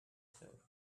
too